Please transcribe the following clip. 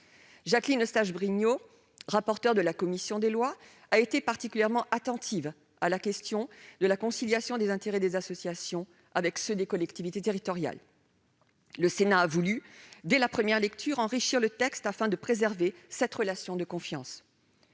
Jacqueline Eustache-Brinio, rapporteure de la commission des lois, a été particulièrement attentive à la question de la conciliation des intérêts des associations avec ceux des collectivités territoriales. Le Sénat a voulu, dès la première lecture, enrichir le texte afin de préserver cette relation de confiance.